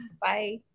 Bye